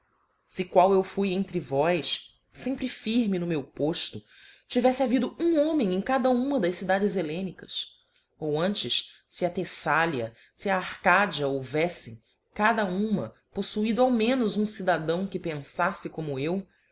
qual eu fui entre vós fempre firme no meu pofto tiveíte havido um homem em cada uma das cidades hellenicas ou antes fe a theítalia fe a arcádia houveflem cada uma pofluido ao menos um cidadão que penfafle como eu